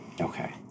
Okay